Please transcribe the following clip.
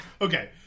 Okay